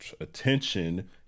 attention